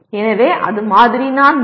எனவே அது மாதிரி 4